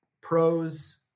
pros